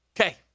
Okay